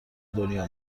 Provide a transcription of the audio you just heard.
دنیا